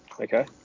Okay